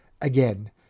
again